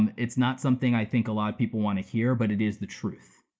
um it's not something i think a lot of people wanna hear, but it is the truth.